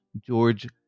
George